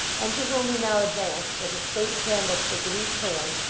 and to whom he now advanced with a state candlestick in each hand,